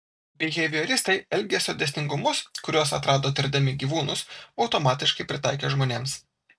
bihevioristai elgesio dėsningumus kuriuos atrado tirdami gyvūnus automatiškai pritaikė žmonėms